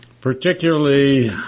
particularly